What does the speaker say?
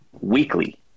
weekly